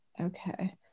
Okay